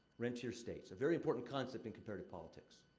rentier states a very important concept in comparative politics.